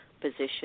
position